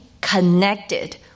connected